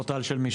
פורטל של מי?